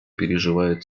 переживает